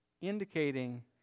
indicating